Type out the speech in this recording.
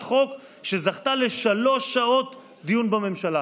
חוק שזכתה לשלוש שעות דיון בממשלה?